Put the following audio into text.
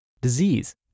disease